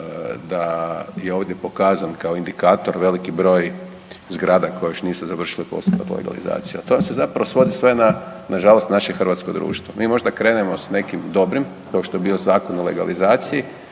da je ovdje pokazan kao indikator veliki broj zgrada koje još nisu završile poslove legalizacija, a to vam se zapravo svodi sve na nažalost na naše hrvatsko društvo. Mi možda krenemo s nekim dobrim kao što je bio Zakon o legalizaciji,